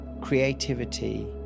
creativity